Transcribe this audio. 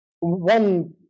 One